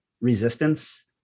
resistance